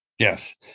Yes